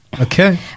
Okay